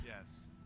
yes